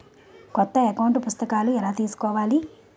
కొత్త అకౌంట్ పుస్తకము ఎలా తీసుకోవాలి?